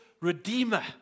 redeemer